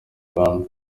rwanda